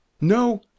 No